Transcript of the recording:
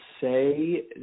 say